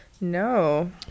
No